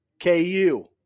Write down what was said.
KU